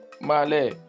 Malay